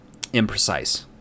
imprecise